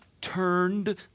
turned